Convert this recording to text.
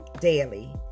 daily